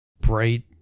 bright